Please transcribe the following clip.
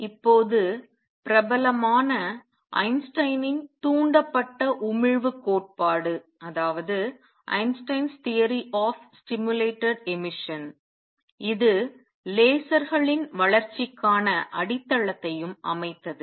இப்போது பிரபலமான ஐன்ஸ்டீனின் தூண்டப்பட்ட உமிழ்வு கோட்பாடு Einstein's theory of stimulated emission இது லேசர்களின் வளர்ச்சிக்கான அடித்தளத்தையும் அமைத்தது